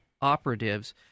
operatives